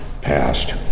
passed